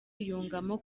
yungamo